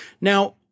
Now